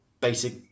basic